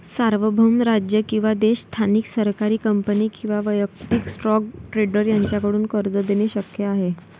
सार्वभौम राज्य किंवा देश स्थानिक सरकारी कंपनी किंवा वैयक्तिक स्टॉक ट्रेडर यांच्याकडून कर्ज देणे शक्य आहे